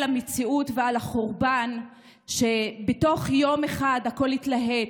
המציאות ועל החורבן שבתוך יום אחד הכול התלהט.